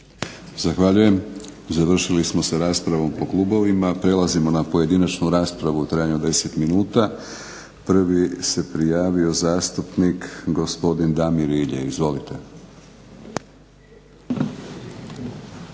Zahvaljujem. Završili smo raspravom po klubovima. Prelazimo na pojedinačnu raspravu u trajanju od deset minuta. Prvi se prijavio zastupnik Damir Rilje. Izvolite.